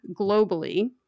globally